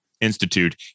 Institute